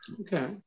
okay